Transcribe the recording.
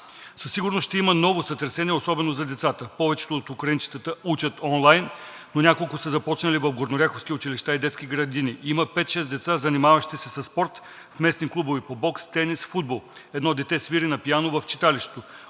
Със сигурност ще има ново сътресение, особено за децата. Повечето от украинчетата учат онлайн, но няколко са започнали в горнооряховски училища и детски градини. Има пет-шест деца, занимаващи се със спорт в местните клубове по бокс, тенис, футбол. Едно дете свири на пиано в читалището.